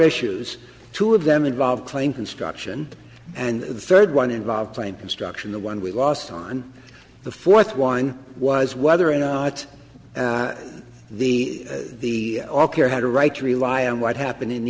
issues two of them involved claim construction and the third one involved claim construction the one we lost on the fourth one was whether or not the the all care had a right to rely on what happened in